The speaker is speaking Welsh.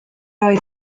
oedd